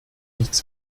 nichts